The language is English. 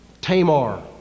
Tamar